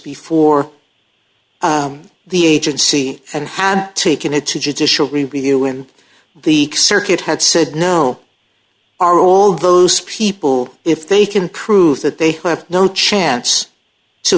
before the agency and taken it to judicial review in the circuit had said no are all those people if they can prove that they have no chance to